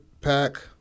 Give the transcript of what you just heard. pack